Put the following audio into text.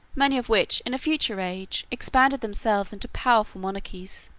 many of which, in a future age, expanded themselves into powerful monarchies.